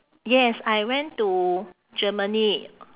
yes I went to germany